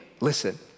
listen